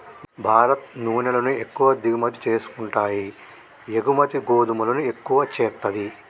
భారత్ నూనెలను ఎక్కువ దిగుమతి చేసుకుంటాయి ఎగుమతి గోధుమలను ఎక్కువ చేస్తది